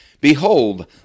Behold